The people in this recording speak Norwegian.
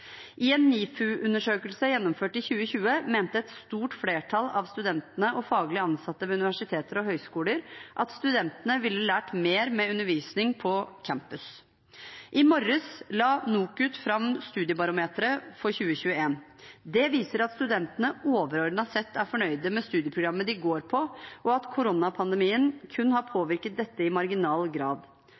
I en NIFU-undersøkelse, Nordisk institutt for studier av innovasjon, forskning og utdanning, som ble gjennomført i 2020, mente et stort flertall av studentene og de faglig ansatte ved universiteter og høyskoler at studentene ville lært mer med undervisning på campus. I morges la NOKUT, Nasjonalt organ for kvalitet i utdanningen, fram Studiebarometeret for 2021. Det viser at studentene overordnet sett er fornøyd med studieprogrammet de går på, og at